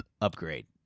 upgrade